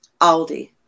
Aldi